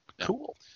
cool